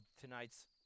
tonight's